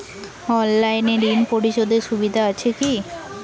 অনলাইনে ঋণ পরিশধের সুবিধা আছে কি?